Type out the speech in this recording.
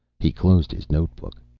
he closed his note-book.